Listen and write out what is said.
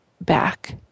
back